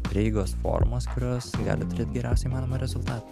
prieigos formos kurios gali turėt geriausią įmanomą rezultatą